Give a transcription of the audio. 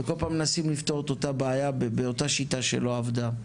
וכל פעם מנסים לפתור את אותה הבעיה באותה שיטה שלא עבדה,